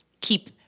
keep –